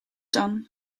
dan